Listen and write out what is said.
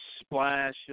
splash